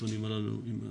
וזה